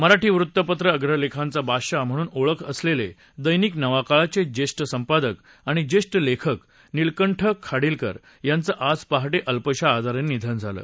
मराठी वृत्तपत्रसृष्टीत अग्रलेखांचे बादशाह म्हणून ओळख असलेलं दर्शिक नवाकाळचे जेष्ठ संपादक आणि जेष्ठ लेखक नीलकंठ खाडिलकर यांचं आज पहाटे अल्पशा आजारानं निधन झालं